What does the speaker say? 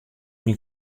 myn